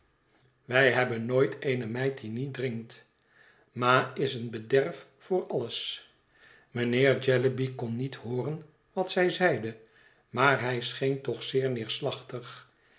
wij hebben nooit eene meid die niet drinkt ma is een bederf voor alles mijnheer jellyby kon niet hooren wat zij zeide maar hij scheen toch zeer neerslachtig